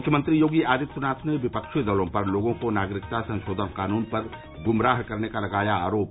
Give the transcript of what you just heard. मुख्यमंत्री योगी आदित्यनाथ ने विपक्षी दलो पर लोगों को नागरिकता संशोधन कानून पर ग्मराह करने का लगाया आरोप